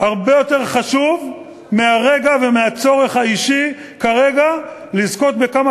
הרבה יותר חשוב מהרגע ומהצורך האישי כרגע לזכות בכמה